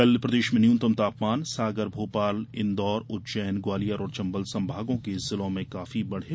कल प्रदेश में न्यूनतम तापमान सागर भोपाल इंदौर उज्जैन ग्वालियर और चंबल संभागों के जिलों में काफी बढ़े